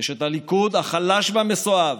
יש את הליכוד החלש והמסואב,